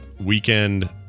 weekend